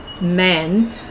men